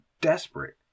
desperate